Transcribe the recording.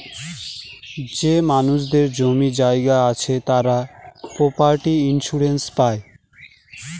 যে মানুষদের জমি জায়গা আছে তারা প্রপার্টি ইন্সুরেন্স পাই